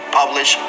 publish